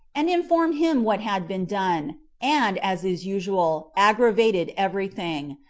and informed him what had been done, and, as is usual, aggravated every thing.